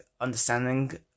understanding